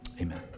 Amen